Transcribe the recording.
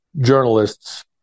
journalists